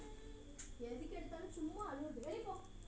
one